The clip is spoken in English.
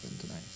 tonight